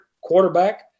quarterback